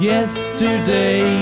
Yesterday